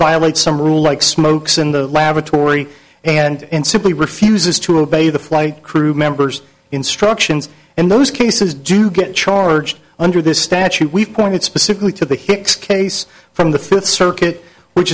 violate some rule like smokes in the lavatory and simply refuses to obey the flight crew member's instructions and those cases do get charged under this statute we pointed specifically to the hicks case from the fifth circuit which